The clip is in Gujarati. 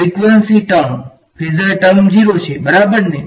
ફ્રીકવંસી ટર્મ ફેઝર ટર્મ 0 છે બરાબરને